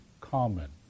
common